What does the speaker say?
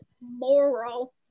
moral